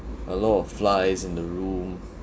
a lot of flies in the room